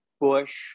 Bush